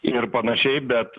ir panašiai bet